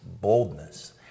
boldness